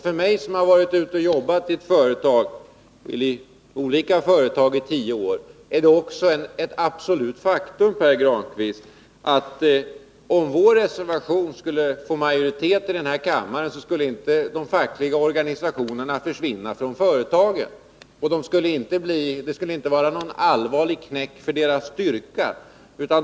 För mig, som har varit ute och jobbat i olika företag i tio år, är det också ett absolut faktum, Pär Grankvist, att om vår reservation skulle få majoritet i denna kammare skulle inte de fackliga organisationerna försvinna från företagen. Det skulle inte betyda någon allvarlig knäck för deras styrka.